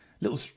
Little